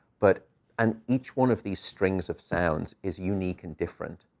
but and each one of these strings of sounds is unique and different.